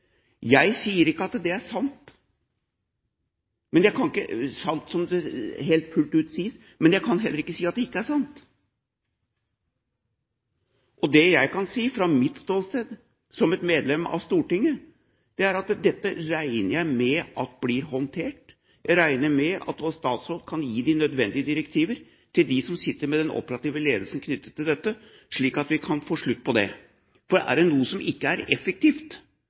Jeg sier ikke at det fullt ut er sant, det som sies, men jeg kan ikke si at det ikke er sant. Det jeg kan si fra mitt ståsted, som et medlem av Stortinget, er at dette regner jeg med blir håndtert. Jeg regner med at vår statsråd kan gi de nødvendige direktiver til dem som sitter med den operative ledelsen knyttet til dette, slik at vi kan få slutt på det. For er det noe som ikke er effektivt,